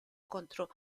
contro